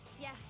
Yes